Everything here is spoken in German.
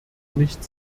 nicht